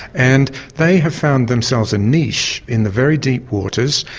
and they have found themselves a niche in the very deep waters.